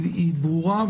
הזאת,